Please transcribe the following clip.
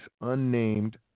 unnamed